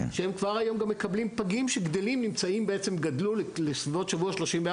שהם כבר היום גם מקבלים חזרה פגים שגדלו לסביבות שבוע 34,